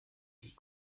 die